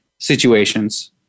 situations